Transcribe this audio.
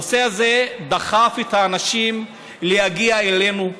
הנושא הזה דחף את האנשים להגיע אלינו,